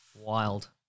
Wild